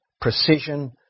precision